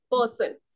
person